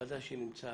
ודאי שנמצא